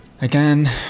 Again